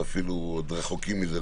אפילו רחוקים מזה,